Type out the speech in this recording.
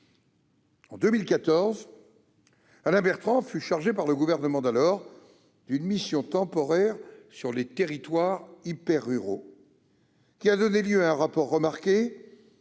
En 2014, Alain Bertrand fut chargé par le gouvernement d'alors d'une mission temporaire sur les territoires hyper-ruraux qui a donné lieu à un rapport remarqué,